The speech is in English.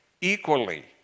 equally